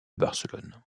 barcelone